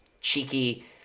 cheeky